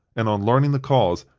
and, on learning the cause,